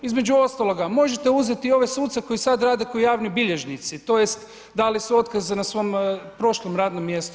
Između ostaloga možete uzeti i ove suce koji sada rade kao javni bilježnici, tj. dali su otkaze na svom prošlom radnom mjestu.